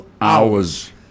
hours